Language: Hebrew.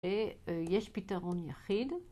יש פתרון יחיד